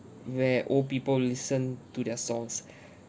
where old people listen to their songs